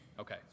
Okay